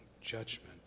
judgment